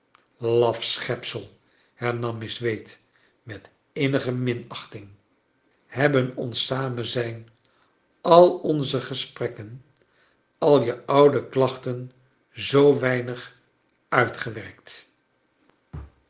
schepsey hernam miss wade met innige minachting iiebben cms samenzijn al onze gesprekken al je oude klachten zoo weinig